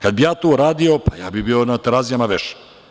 Kada bi ja to uradio, pa, ja bih bio na Terazijama vešan.